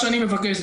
אני מבקש,